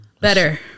better